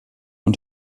und